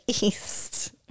east